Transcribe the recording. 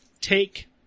Take